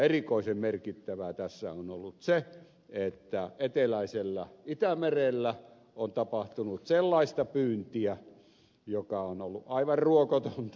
erikoisen merkittävää tässä on ollut se että eteläisellä itämerellä on tapahtunut sellaista pyyntiä joka on ollut aivan ruokotonta